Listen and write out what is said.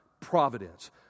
Providence